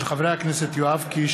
של חברי הכנסת יואב קיש,